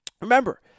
Remember